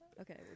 Okay